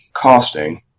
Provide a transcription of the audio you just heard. casting